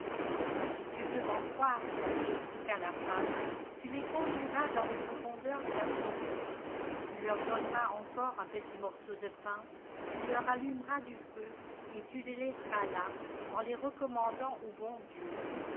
si tu veux m'en croire répliqua la femme tu les conduiras dans les profondeurs de la forêt tu leur donneras encore un petit morceau de pain tu leur allumeras du feu et tu les laisseras là en les recommandant au bon dieu